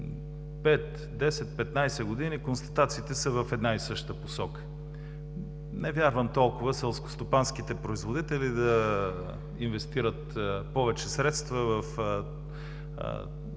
5, 10, 15 години са в една и съща посока. Не вярвам толкова селскостопанските производители да инвестират повече средства в